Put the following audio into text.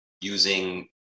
using